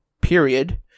period